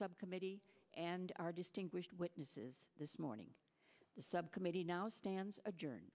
subcommittee and our distinguished witnesses this morning the subcommittee now stands adjour